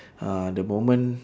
ah the moment